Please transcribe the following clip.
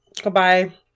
goodbye